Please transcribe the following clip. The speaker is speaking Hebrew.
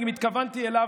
אני התכוונתי אליו.